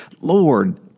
Lord